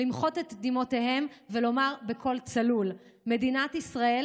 למחות את דמעותיהם ולומר בקול צלול: מדינת ישראל